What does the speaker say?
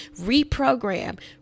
reprogram